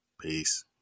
Peace